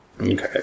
Okay